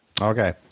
Okay